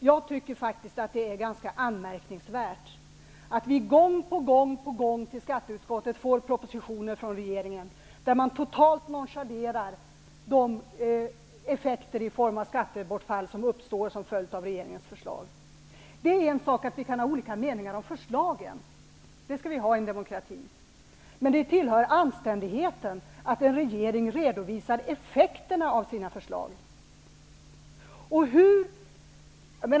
Jag tycker faktiskt att det är ganska anmärkningsvärt att vi gång på gång till skatteutskottet får propositioner från regeringen där man totalt nonchalerar de effekter i form av skattebortfall som uppstår som följd av regeringens förslag. Det är en sak att vi kan ha olika meningar om förslagen, det skall vi ha i en demokrati. Men det tillhör anständigheten att en regering redovisar effekterna av sina förslag.